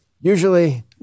Usually